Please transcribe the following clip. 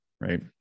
right